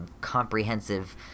comprehensive